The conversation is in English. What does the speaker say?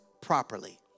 properly